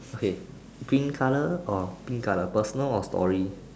okay green color or pink color personal or story